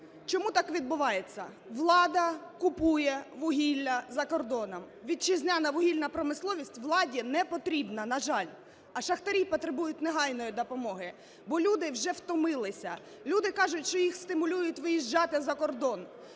Чому так відбувається? Влада купує вугілля за кордоном. Вітчизняна вугільна промисловість владі не потрібна, на жаль. А шахтарі потребують негайної допомоги, бо люди вже втомилися, люди кажуть, що їх стимулюють виїжджати за кордон.